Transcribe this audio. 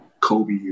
Kobe